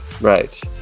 right